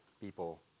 people